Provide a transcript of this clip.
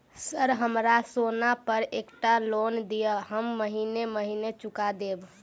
Sir हमरा सोना पर एकटा लोन दिऽ हम महीने महीने चुका देब?